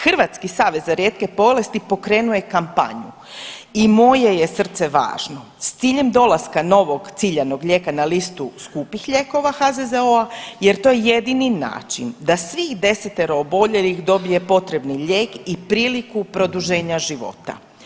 Hrvatski savez za rijetke bolesti pokrenuo je kampanju „I moje je srce važno“ s ciljem dolaska novog ciljanog lijeka na listu skupih lijekova HZZO-a jer to je jedini način da svih desetero obljenih dobije potrebni lijek i priliku produženja života.